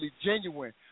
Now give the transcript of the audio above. genuine